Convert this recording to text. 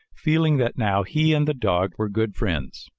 feeling that now he and the dog were good friends.